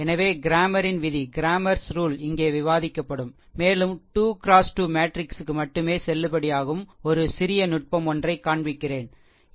எனவே க்ரேமரின் விதிCramer's rule இங்கே விவாதிக்கப்படும் மேலும் 2 x 2 மேட்ரிக்ஸுக்கு மட்டுமே செல்லுபடியாகும் ஒரு சிறிய நுட்பம் ஒன்றை காண்பிக்கிறேன் சரி